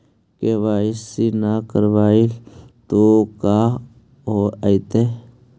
KYC न करवाई तो का हाओतै?